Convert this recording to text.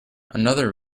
another